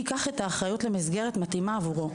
ייקח את האחריות על מסגרת מתאימה עבורו.